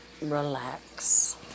relax